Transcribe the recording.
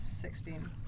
Sixteen